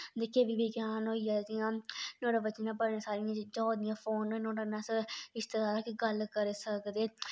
विज्ञान होई आ जियां नोह्ड़े उप्पर बड़ी सारियां चीजां होआ दियां फोन बी नोह्ड़ा आस्तै इस दे राहे अस गल्ल करी सकदे